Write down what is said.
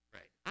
Right